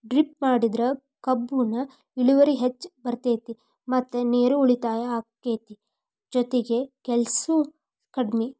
drip ಮಾಡಿದ್ರ ಕಬ್ಬುನ ಇಳುವರಿ ಹೆಚ್ಚ ಬರ್ತೈತಿ ಮತ್ತ ನೇರು ಉಳಿತಾಯ ಅಕೈತಿ ಜೊತಿಗೆ ಕೆಲ್ಸು ಕಡ್ಮಿ